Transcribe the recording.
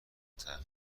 تغییر